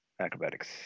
Acrobatics